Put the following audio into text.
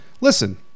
listen